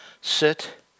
sit